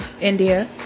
India